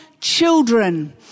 children